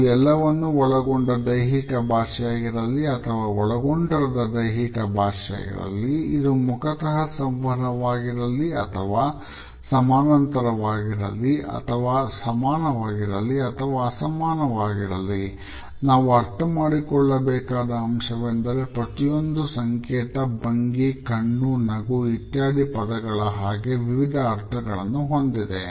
ಇದು ಎಲ್ಲವನ್ನೂ ಒಳಗೊಂಡ ದೈಹಿಕ ಭಾಷೆಯಾಗಿರಲಿ ಅಥವಾ ಒಳಗೊಂಡಿರದ ದೈಹಿಕ ಭಾಷೆಯಾಗಿರಲಿ ಇದು ಮುಖತಹ ಸಂವಹನ ವಾಗಿರಲಿ ಅಥವಾ ಸಮಾನಾಂತರವಾಗಿರಲಿ ಅಥವಾ ಸಮಾನವಾಗಿರಲಿ ಅಥವಾ ಅಸಮಾನವಾಗಿರಲಿ ನಾವು ಅರ್ಥ ಮಾಡಿಕೊಳ್ಳಬೇಕಾದ ಅಂಶವೆಂದರೆ ಪ್ರತಿಯೊಂದು ಸಂಕೇತ ಭಂಗಿ ಕಣ್ಣು ನಗು ಇತ್ಯಾದಿ ಪದಗಳ ಹಾಗೆ ವಿವಿಧ ಅರ್ಥಗಳನ್ನು ಹೊಂದಿದೆ